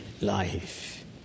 life